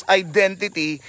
identity